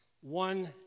one